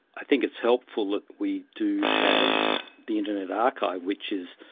i think it's helpful that we do have the internet archive which is,